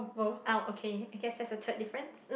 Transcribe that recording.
oh okay I guess that's the third difference